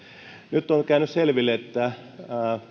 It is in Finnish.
nyt on käynyt selville että